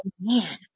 man